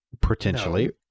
Potentially